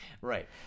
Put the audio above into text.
Right